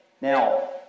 Now